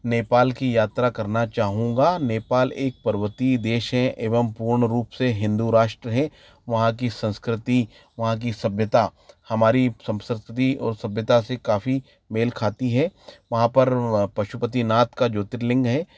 नेपाल की यात्रा करना चाहूँगा नेपाल एक पर्वतीय देश हैं एवं पूर्ण रूप से हिन्दू राष्ट्र है वहाँ की संस्कृति वहाँ की सभ्यता हमारी संस्कृति और सभ्यता से काफ़ी मेल कहती है वहाँ पर पशुपतिनाथ का ज्योतिर्लिंग है